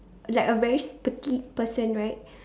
like a very petite person right